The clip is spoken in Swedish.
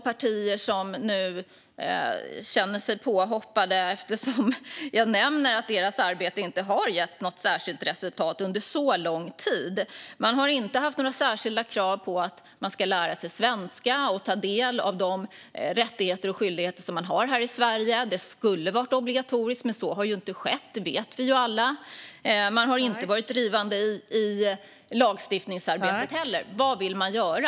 Partier känner sig nu påhoppade för att jag har nämnt att deras arbete inte har gett något särskilt resultat under så lång tid. Det har inte ställts särskilda krav på att man ska lära sig svenska och ta del av de rättigheter och skyldigheter som man har i Sverige. Det skulle ha varit obligatoriskt, men vi vet alla att så inte har skett. Man har inte heller varit drivande i lagstiftningsarbetet. Vad vill man göra?